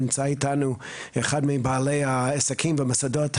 נמצא אתנו אחד מבעלי העסקים והמוסדות הידועות,